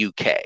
UK